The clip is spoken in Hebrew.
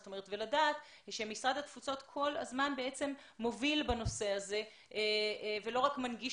צריך לדעת שמשרד התפוצות כל הזמן בעצם מוביל בנושא הזה ולא רק מנגיש